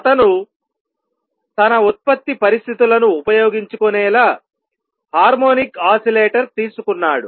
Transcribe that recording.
అతను తన ఉత్పత్తి పరిస్థితులను ఉపయోగించుకునేలా హార్మోనిక్ ఓసిలేటర్ తీసుకున్నాడు